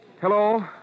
Hello